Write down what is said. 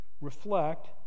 reflect